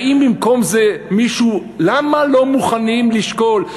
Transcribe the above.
האם במקום זה מישהו, למה לא מוכנים לשקול?